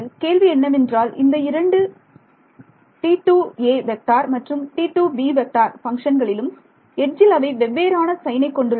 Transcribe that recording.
கேள்வி என்னவென்றால் இந்த இரண்டு மற்றும்பங்க்ஷன்களிலும் எட்ஜில் அவை வெவ்வேறான சைனை கொண்டுள்ளன